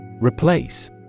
Replace